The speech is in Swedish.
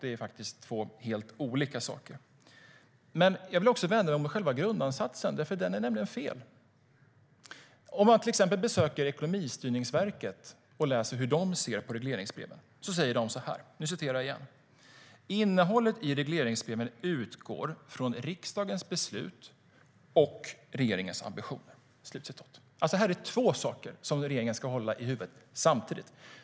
Det är faktiskt två helt olika saker. För det andra vänder jag mig mot själva grundansatsen, för den är nämligen fel. Hos Ekonomistyrningsverket kan man läsa hur de ser på regleringsbreven. De säger så här: "Innehållet i regleringsbreven utgår från riksdagens beslut om statsbudgeten och regeringens ambitioner. "Här är alltså två saker som regeringen ska hålla i huvudet samtidigt.